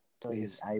Please